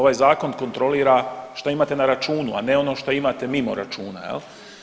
Ovaj zakon kontrolira šta imate na računu, a ne ono šta imate mimo računa jel.